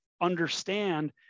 understand